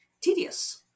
tedious